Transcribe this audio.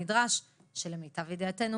אנשים לא ידעו שאלה הם הנתונים.